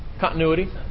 Continuity